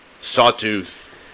Sawtooth